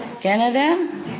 Canada